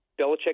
Belichick